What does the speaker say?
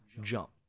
jump